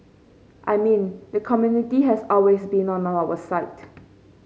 I mean the community has always been on our side